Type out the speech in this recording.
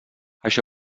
això